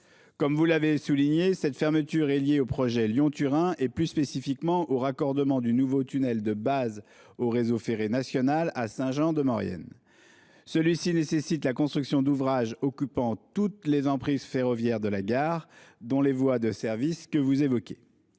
Comme vous l'avez souligné, cette fermeture est liée au projet Lyon-Turin, plus spécifiquement au raccordement du nouveau tunnel de base au réseau ferré national à Saint-Jean-de-Maurienne. Celui-ci nécessite la construction d'ouvrages occupant toutes les emprises ferroviaires de la gare, dont les voies de service que vous évoquez.